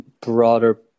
broader